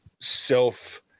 self